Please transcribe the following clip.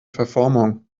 verformung